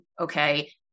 okay